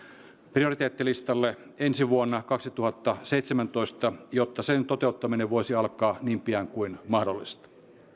prioriteettilistalle ensi vuonna kaksituhattaseitsemäntoista jotta sen toteuttaminen voisi alkaa niin pian kuin mahdollista